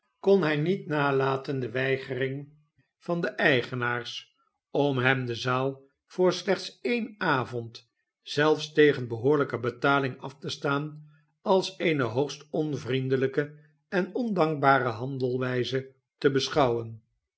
kon hij niet nalaten de weigering van de eigenaars om hem de zaal voor slechts een avond zelfs tegen behoorlijke betaling af te staan als eenehoogstonvriendelijke en ondankbare handelwijze te beschouwen